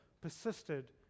persisted